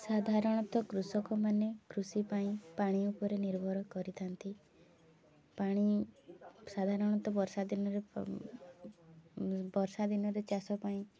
ସାଧାରଣତଃ କୃଷକମାନେ କୃଷି ପାଇଁ ପାଣି ଉପରେ ନିର୍ଭର କରିଥାନ୍ତି ପାଣି ସାଧାରଣତଃ ବର୍ଷା ଦିନରେ ବର୍ଷା ଦିନରେ ଚାଷ ପାଇଁ